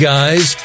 Guys